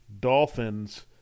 Dolphins